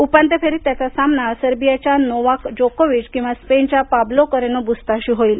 उपांत्य फेरीत त्याचा सामना सरबीया च्या नोवाक जोकोविच किंवा स्पेनच्या पाबलो करेनो बुसताशी होईल